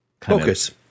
focus